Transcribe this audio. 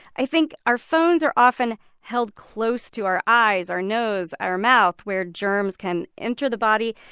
i think our phones are often held close to our eyes, our nose, our mouth where germs can enter the body.